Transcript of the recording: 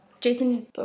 Jason